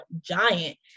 giant